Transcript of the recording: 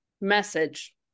message